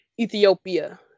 ethiopia